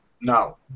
No